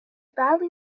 badly